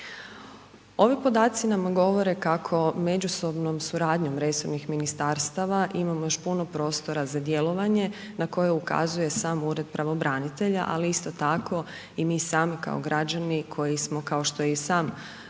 Ovi podaci nam govore kako međusobnom suradnjom resornih ministarstava imamo još puno prostora za djelovanje na koje ukazuje sam Ured pravobranitelja ali isto tako i mi sami kao građani koji smo kao što je i sam